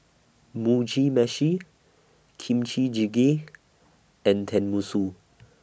Mugi Meshi Kimchi Jjigae and Tenmusu